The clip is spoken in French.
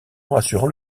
rassurant